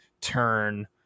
turn